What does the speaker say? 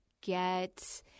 get